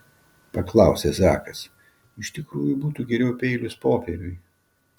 paklausė zakas iš tikrųjų būtų geriau peilis popieriui